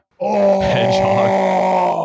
hedgehog